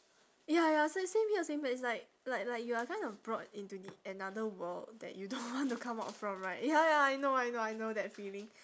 ya ya same same here same here it's like like like you are kinda brought into the another world that you don't want to come out from right ya ya I know I know I know that feeling